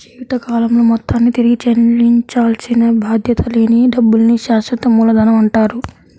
జీవితకాలంలో మొత్తాన్ని తిరిగి చెల్లించాల్సిన బాధ్యత లేని డబ్బుల్ని శాశ్వత మూలధనమంటారు